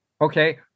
Okay